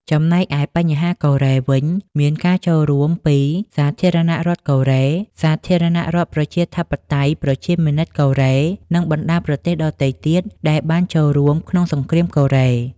ចំណែកឯបញ្ហាកូរ៉េវិញ មានការចូលរួមពី សាធារណរដ្ឋកូរ៉េ សាធារណរដ្ឋប្រជាធិបតេយ្យប្រជាមានិតកូរ៉េ និងបណ្តាប្រទេសដទៃទៀតដែលបានចូលរួមក្នុងសង្គ្រាមកូរ៉េ។